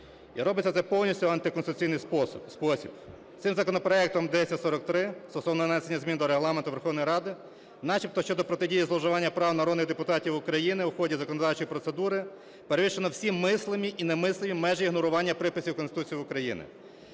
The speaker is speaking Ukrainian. І робиться це повністю в антиконституційний спосіб. Цим законопроектом 1043 стосовно внесення змін до Регламенту Верховної Ради начебто щодо протидії зловживанню прав народних депутатів України в ході законодавчої процедури перевищено всі мислимі і немислимі межі ігнорування приписів Конституції України.